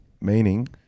meaning